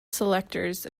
selectors